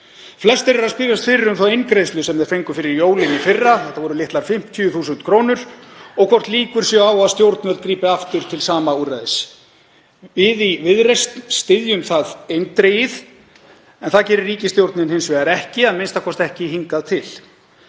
Flestir eru að spyrjast fyrir um þá eingreiðslu sem þeir fengu fyrir jólin í fyrra, þetta voru litlar 50.000 kr., og hvort líkur séu á að stjórnvöld grípi aftur til sama úrræðis. Við í Viðreisn styðjum það eindregið en það gerir ríkisstjórnin hins vegar ekki, a.m.k. ekki hingað til.